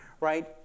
Right